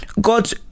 god